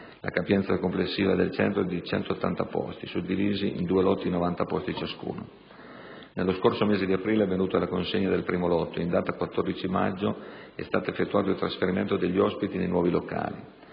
La capienza complessiva del nuovo centro è di 180 posti, suddivisi in due lotti di 90 posti ciascuno. Nello scorso mese di aprile è avvenuta la consegna del primo lotto e in data 14 maggio è stato effettuato il trasferimento degli ospiti nei nuovi locali.